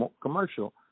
commercial